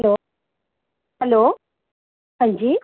hello hello हां जी